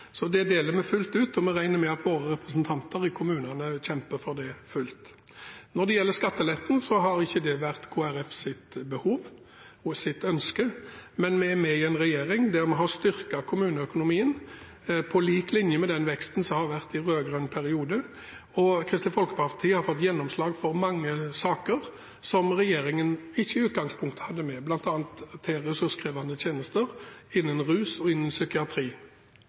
Så det deler vi fullt ut. Og vi regner med at våre representanter i kommunene også kjemper for det fullt ut. Når det gjelder skatteletten, har ikke det vært Kristelig Folkepartis behov og ønske. Men vi støtter en regjering der vi har fått styrket kommuneøkonomien på lik linje med den veksten som var i rød-grønn periode. Kristelig Folkeparti har fått gjennomslag for mange saker som regjeringen i utgangspunktet ikke hadde med, bl.a. ressurskrevende tjenester innenfor rus og psykiatri.